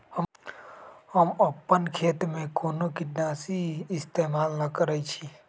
हम अपन खेत में कोनो किटनाशी इस्तमाल न करई छी